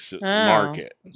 market